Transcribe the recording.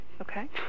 Okay